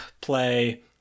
play